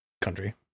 Country